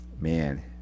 man